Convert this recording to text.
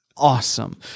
Awesome